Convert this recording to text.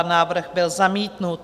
Návrh byl zamítnut.